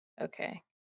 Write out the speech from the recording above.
Okay